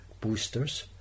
boosters